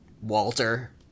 Walter